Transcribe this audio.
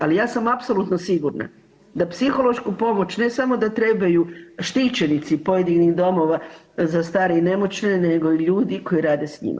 Ali ja sam apsolutno sigurna da psihološku pomoć ne samo da trebaju štićenici pojedinih domova za stare i nemoćne, nego i ljudi koji rade s njima.